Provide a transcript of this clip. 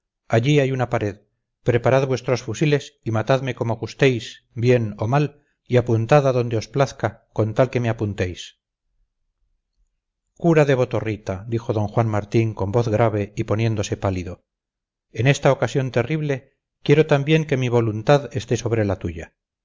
allí hay una pared preparad vuestros fusiles y matadme como gustéis bien o mal y apuntad a donde os plazca con tal que me apuntéis cura de botorrita dijo d juan martín con voz grave y poniéndose pálido en esta ocasión terrible quiero también que mi voluntad esté sobre la tuya